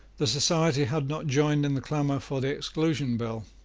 the society had not joined in the clamour for the exclusion bill,